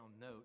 note